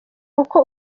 uko